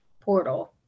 portal